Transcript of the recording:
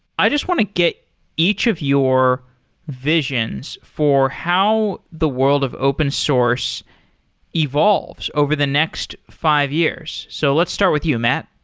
i just want to get each of your visions for how the world of open source evolves over the next five years. so let's start with you, matt